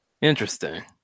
Interesting